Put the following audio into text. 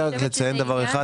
לציין דבר אחד.